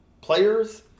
players